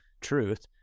truth